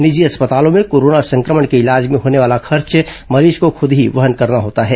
निजी अस्पतालों में कोरोना संक्रमण के इलाज में होने वाला खर्च मरीज को खूद ही वहन करना होता है